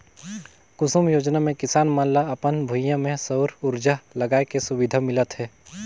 कुसुम योजना मे किसान मन ल अपन भूइयां में सउर उरजा लगाए के सुबिधा मिलत हे